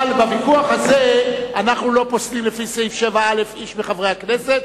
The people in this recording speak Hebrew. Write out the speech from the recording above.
אבל בוויכוח הזה אנחנו לא פוסלים לפי סעיף 7א איש מחברי הכנסת,